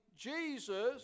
Jesus